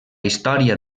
història